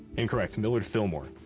incorrect. millard fillmore.